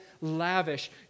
lavish